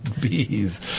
bees